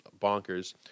bonkers